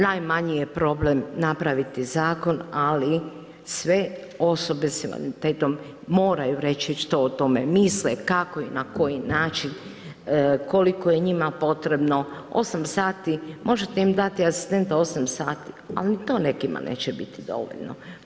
Najmanji je problem napraviti zakon, ali sve osobe s invaliditetom moraju reći što o tome misle, kako i na koji način, koliko je njima potrebno, 8 sati, možete im dati asistenta 8 sati, ali to nekima neće biti dovoljno.